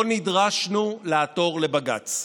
לא נדרשנו לעתור לבג"ץ.